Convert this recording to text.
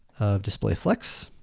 of display flex.